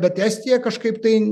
bet estija kažkaip tai